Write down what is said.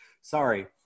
Sorry